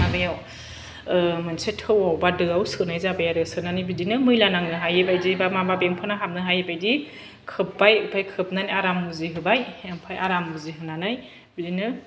माबायाव ओह मोनसे थौआव बा दोआव सोनाय जाबाय आरो सोनानै बिदिनो मैला नांनो हायि बादि बा माबा बेमफोना हाबनो हायि बादि खोबबाय ओमफाय खोबनानै आराम जिहोबाय आमफाय आराम मुजिहोनानै बिदिनो